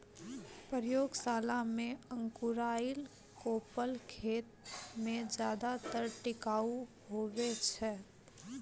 प्रयोगशाला मे अंकुराएल कोपल खेत मे ज्यादा टिकाऊ हुवै छै